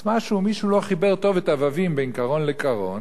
אז מישהו לא חיבר טוב את הווים בין קרון לקרון